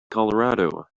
colorado